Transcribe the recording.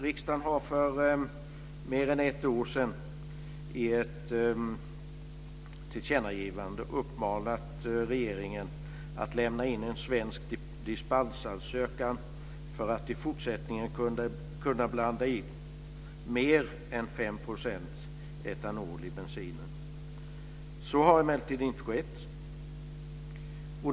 Riksdagen har för mer än ett år sedan i ett tillkännagivande uppmanat regeringen att lämna in en svensk dispensansökan för att i fortsättningen kunna blanda in mer än 5 % etanol i bensinen. Så har emellertid inte skett.